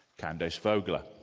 candace vogler.